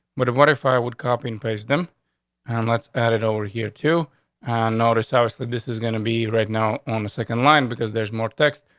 if what if i would copy and paste them on? let's add it over here to on notice. how is that? this is gonna be right now on the second line because there's more text.